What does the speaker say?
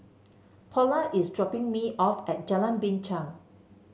Paula is dropping me off at Jalan Binchang